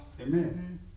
Amen